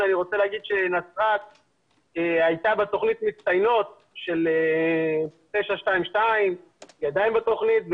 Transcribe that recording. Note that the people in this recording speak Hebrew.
אני רוצה לומר שנצרת הייתה בתוכנית מצטיינות של 922 והיא עדיין בתוכנית.